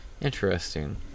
Interesting